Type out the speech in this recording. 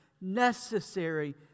necessary